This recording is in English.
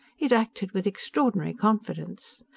it acted with extraordinary confidence.